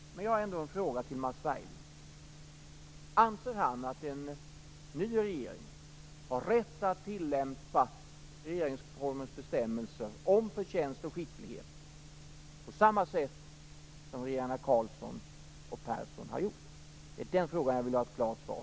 Slutligen har jag en fråga: Anser Mats Berglind att en ny regering har rätt att tillämpa regeringsformens bestämmelser om förtjänst och skicklighet på samma sätt som regeringarna Carlsson och Persson har gjort? På den frågan vill jag ha ett klart svar.